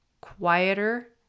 quieter